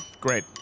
Great